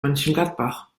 mönchengladbach